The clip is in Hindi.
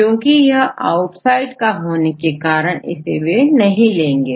क्योंकि यह आउटसाइड का होने के कारण इसे वे नहीं लेंगे